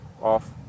Off